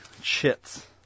chits